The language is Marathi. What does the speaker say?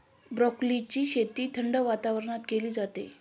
ब्रोकोलीची शेती थंड वातावरणात केली जाते